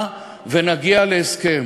באמת, יצביעו עליה כמה שיותר אנשים.